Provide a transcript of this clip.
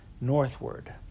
northward